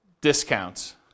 discounts